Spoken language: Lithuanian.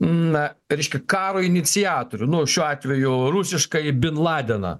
na reiškia karo iniciatorių nu šiuo atveju rusiškąjį bin ladeną